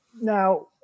Now